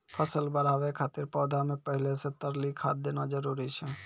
फसल बढ़ाबै खातिर पौधा मे पहिले से तरली खाद देना जरूरी छै?